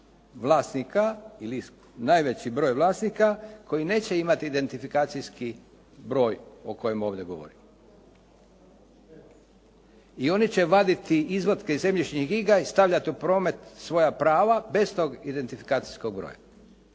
vlasnika ili najveći broj vlasnika koji neće imati identifikacijski broj o kojemu ovdje govorimo. I oni će vaditi izvatke iz zemljišnih knjiga i stavljati u promet svoja prava bez tog identifikacijskog broja.